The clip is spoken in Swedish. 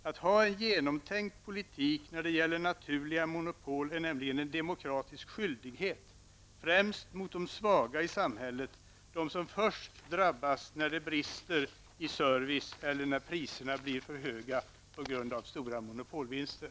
Att ha en genomtänkt politik när det gäller naturliga monopol är nämligen en demokratisk skyldighet främst mot de svaga i samhället, de som först drabbas när det brister i service eller om priserna blir för höga på grund av stora monopol vinster.